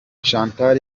chantal